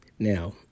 Now